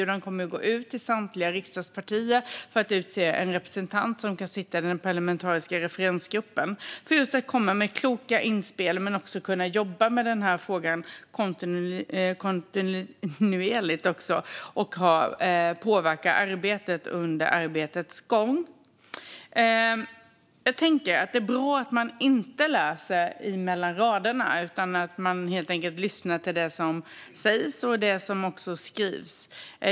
Det kommer att gå ut en inbjudan till samtliga riksdagspartier att utse en representant som kan sitta i den parlamentariska referensgruppen för att komma med kloka inspel men också för att kunna jobba med den här frågan kontinuerligt och påverka arbetet under arbetets gång. Jag tänker att det är bra att man inte läser mellan raderna utan att man lyssnar till det som sägs och det som skrivs.